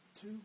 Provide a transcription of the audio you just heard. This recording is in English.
two